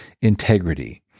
integrity